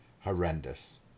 horrendous